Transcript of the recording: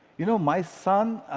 you know, my son,